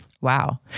Wow